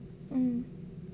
mm